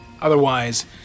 otherwise